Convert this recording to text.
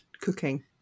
cooking